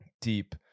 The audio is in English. deep